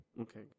Okay